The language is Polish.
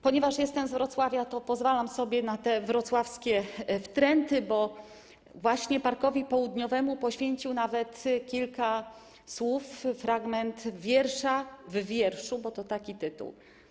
Ponieważ jestem z Wrocławia, to pozwalam sobie na te wrocławskie wtręty, bo właśnie parkowi Południowemu poświęcił nawet kilka słów, fragment wiersza w „Wierszu”, bo to taki tytuł.